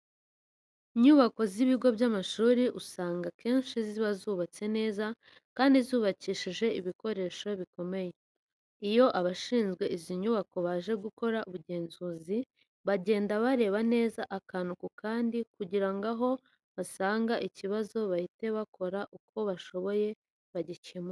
Inyubako z'ibigo by'amashuri usanga akenshi ziba zubatse neza kandi zubakishije ibikoresho bikomeye. Iyo abashinzwe izi nyubako baje gukora ubugenzuzi, bagenda bareba neza akantu ku kandi kugira ngo aho basanga ikibazo bahite bakora uko bashoboye bagikemure.